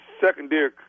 secondary